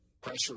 Pressure